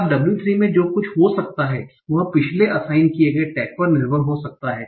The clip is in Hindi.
अब w 3 में जो कुछ हो सकता है वह पिछले असाइन किए गए टैग पर निर्भर हो सकता है